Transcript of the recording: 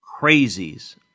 crazies